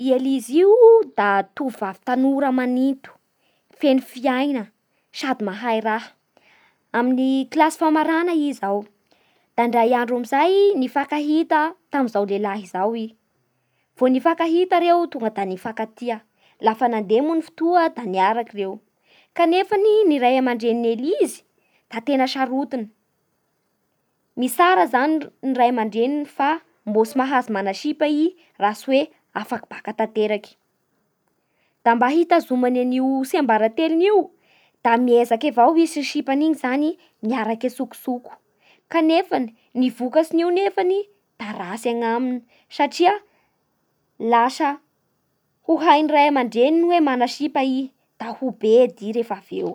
I Elizy io da tovovavy tanora tena maninto, feno fiaina sady mahay raha, amin'ny kilasy famarana izao. Da indray andro amin'izay da nifankahita tamin'izao lehilahy zao i. Vô nifankahita reo tonga de nifankatia. Lafa nandeha moa ny fotoa da niaraky reo, kanefa ny ray aman-drenin'i Elizy da tena sarotiny. Mitsara zany ny ray aman-dreniny fa mbola tsy mahazo manao sipa i laha tsy fa afaky BACC tanteraky. Da mba hitazomany ny tsiambaratelony io da miezaky avao i sy ny sipan'io zany miaraky antsokosoko. Kanefa ny vokatsin'io nefany da ratsy agnaminy satria lasa ho hain'ny ray aman-dreniny hoe mana sipa i da ho bedy i rehefa avy eo.